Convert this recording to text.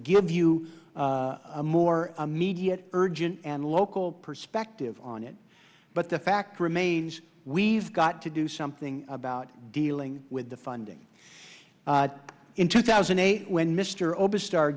give you a more immediate urgent and local perspective on it but the fact remains we've got to do something about dealing with the funding in two thousand and eight when mr oberstar